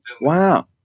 Wow